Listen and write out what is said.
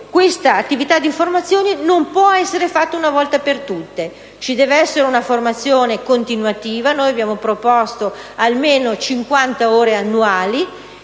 questa attività di formazione non può essere eseguita una volta per tutte: bisogna prevedere una formazione continuativa (noi abbiamo proposto almeno 50 ore annuali)